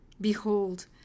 Behold